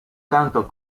canto